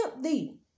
thee